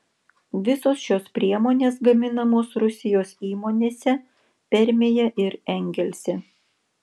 visos šios priemonės gaminamos rusijos įmonėse permėje ir engelse